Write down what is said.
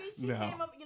no